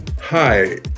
Hi